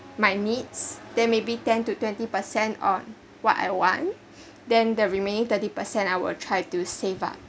my needs then maybe ten to twenty percent on what I want then the remaining thirty percent I will tried to save lah